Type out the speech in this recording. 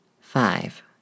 Five